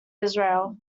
israel